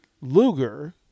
Luger